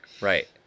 right